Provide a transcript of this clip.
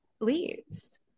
leaves